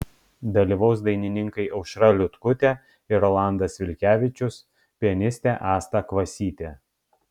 dalyvaus dainininkai aušra liutkutė ir rolandas vilkevičius pianistė asta kvasytė